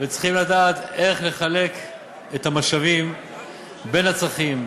וצריכים לדעת איך לחלק את המשאבים בין הצרכים,